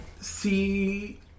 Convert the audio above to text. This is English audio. see